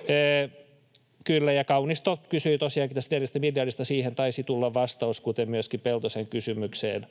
sisällä. Ja Kaunisto kysyi tosiaankin tästä neljästä miljardista. Siihen taisi tulla vastaus, kuten myöskin Peltosen kysymykseen